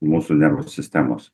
mūsų nervų sistemos